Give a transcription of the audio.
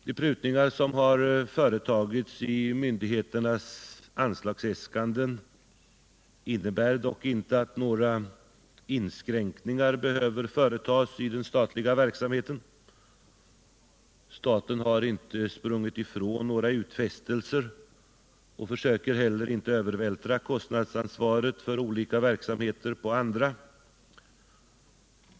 De prutningar som företagits i myndigheternas anslagsäskanden innebär dock inte att några inskränkningar behöver företas i den statliga verksamheten. Staten har inte sprungit ifrån några utfästelser och försöker heller inte övervältra kostnadsansvaret för olika verksamheter på andra.